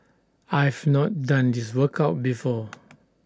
I've not done this workout before